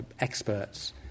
experts